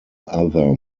other